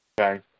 okay